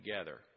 together